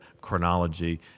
chronology